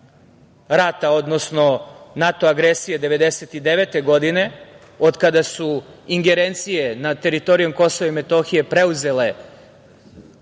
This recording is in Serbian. rata, odnosno NATO agresije 1999. godine, od kada su ingerencije nad teritorijom Kosova i Metohije preuzeo